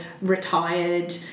retired